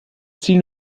ziel